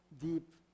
deep